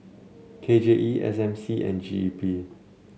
K J E S M C and G E P